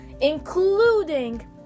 including